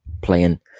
playing